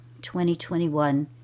2021